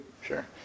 sure